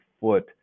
foot